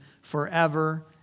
forever